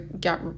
get